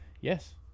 Yes